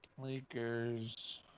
Lakers